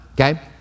okay